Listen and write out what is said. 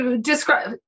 describe